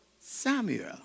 Samuel